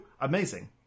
amazing